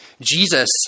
Jesus